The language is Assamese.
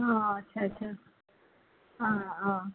আচ্ছা আচ্ছা